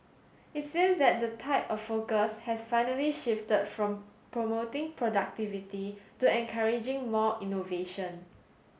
it seems that the tide of focus has finally shifted from promoting productivity to encouraging more innovation